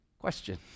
Question